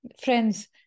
friends